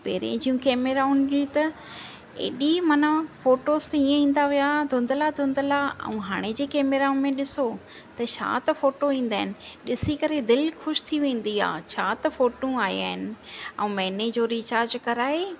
पहिरें जूं कैमराउनि जी त एॾी माना फोटोस त ईअं ईंदा हुआ धुंधला धुंधला ऐं हाणे जे कैमराउनि में ॾिसो त छा त फोटो ईंदा आहिनि ॾिसी करे दिलि ख़ुशि थी वेंदी आहे छा त फोटूं आहियां आहिनि ऐं महीने जो रिचार्ज कराए